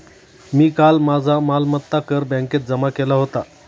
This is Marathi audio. मी काल माझा मालमत्ता कर बँकेत जमा केला होता